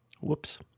Whoops